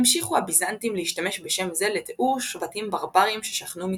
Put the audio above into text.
המשיכו הביזנטים להשתמש בשם זה לתיאור שבטים ברברים ששכנו מצפונם.